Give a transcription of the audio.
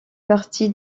partie